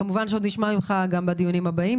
וכמובן שעוד נשמע ממך גם בדיונים הבאים.